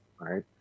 right